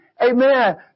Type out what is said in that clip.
amen